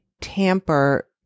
tamper